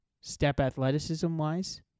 step-athleticism-wise